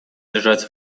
лежать